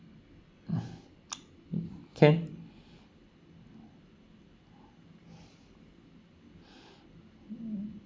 can